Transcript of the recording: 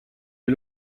est